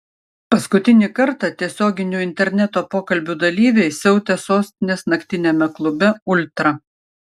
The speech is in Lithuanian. paskutinį kartą tiesioginių interneto pokalbių dalyviai siautė sostinės naktiniame klube ultra